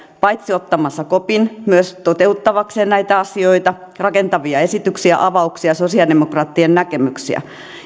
paitsi ottamassa kopin myös toteuttaakseen näitä asioita rakentavia esityksiä avauksia sosialidemokraattien näkemyksiä